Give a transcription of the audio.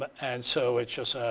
but and so it's just,